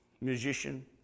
musician